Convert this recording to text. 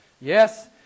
Yes